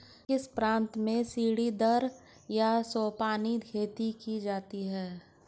किस प्रांत में सीढ़ीदार या सोपानी खेती की जाती है?